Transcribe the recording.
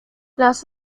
las